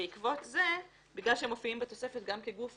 בעקבות זה, בגלל שהם מופיעים בתוספת גם כגוף